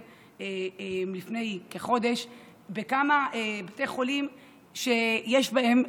לפני כחודש בכמה בתי חולים שיש בהם,